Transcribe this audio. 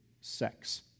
sex